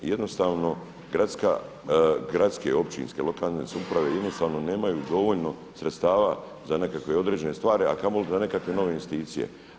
I jednostavno gradske, općinske, lokalne samouprave jednostavno nemaju dovoljno sredstava za nekakve određene stvari, a kamoli za nekakve nove investicije.